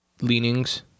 Leanings